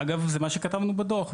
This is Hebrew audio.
אגב, זה מה שכתבנו בדוח.